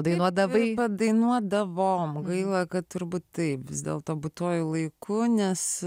dainuodavai dainuodavom gaila kad turbūt tai vis dėlto būtuoju laiku nes